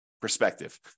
Perspective